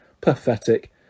Pathetic